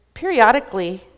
periodically